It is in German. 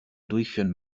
durchführen